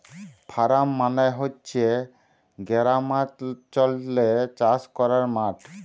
farm মালে হছে গেরামালচলে চাষ ক্যরার মাঠ